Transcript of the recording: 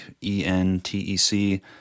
E-N-T-E-C